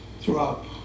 throughout